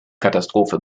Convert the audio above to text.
katastrophe